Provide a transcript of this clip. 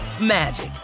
magic